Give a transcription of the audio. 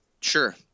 Sure